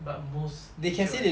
but most in J_Y_P